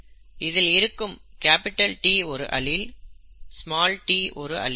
இதில் இருக்கும் T ஒரு அலீல் t ஒரு அலீல்